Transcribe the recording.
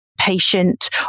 patient